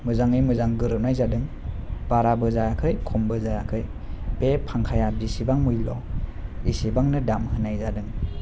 मोजाङै मोजां गोरोबनाय जादों बाराबो जायाखै खम बो जायाखै बे फांखाया जेसेबां मुल्य एसेबांनो दाम होननाय जादों